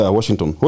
Washington